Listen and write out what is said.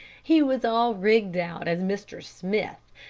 he was all rigged out as mr. smith,